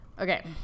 Okay